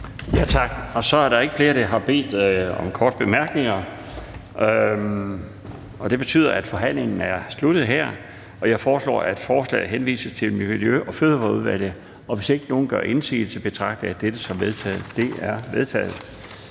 Tak. Så er der ikke flere, der bedt om korte bemærkninger, og det betyder, at forhandlingen er sluttet. Jeg foreslår, at forslaget henvises til Miljø- og Fødevareudvalget. Hvis ingen gør indsigelse, betragter jeg dette som vedtaget.